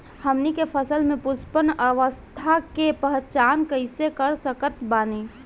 हमनी के फसल में पुष्पन अवस्था के पहचान कइसे कर सकत बानी?